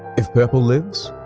if purple lives,